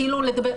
כאילו לדבר.